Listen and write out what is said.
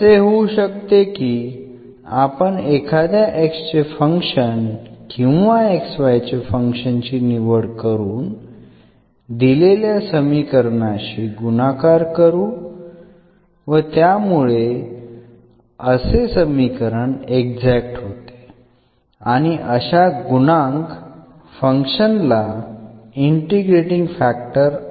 असे होऊ शकते की आपण एखाद्या x चे फंक्शन किंवा xy चे फंक्शन ची निवड करून दिलेल्या समीकरणाशी गुणाकार करू व त्यामुळे असे समीकरण एक्झॅक्ट होते आणि अशा गुणांक फंक्शन ला इंटिग्रेटींग फॅक्टर असे म्हणतात